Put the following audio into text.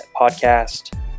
podcast